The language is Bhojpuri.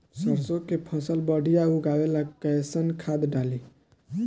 सरसों के फसल बढ़िया उगावे ला कैसन खाद डाली?